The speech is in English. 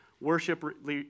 worship